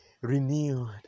Renewed